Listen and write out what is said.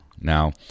Now